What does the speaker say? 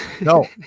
no